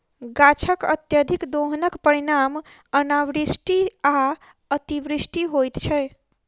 गाछकअत्यधिक दोहनक परिणाम अनावृष्टि आ अतिवृष्टि होइत छै